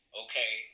okay